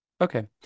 Okay